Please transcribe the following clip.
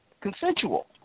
consensual